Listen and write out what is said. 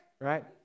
right